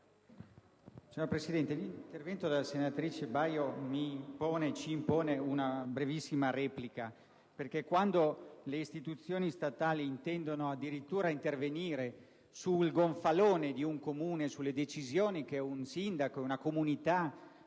Signora Presidente, l'intervento della senatrice Baio ci impone una brevissima replica. Infatti, quando le istituzioni statali sentono addirittura il dovere di intervenire sul gonfalone di un Comune e sulle decisioni che un sindaco ed una comunità